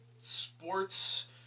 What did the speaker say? sports